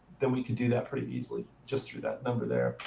then we can do that pretty easily, just through that number there.